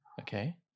Okay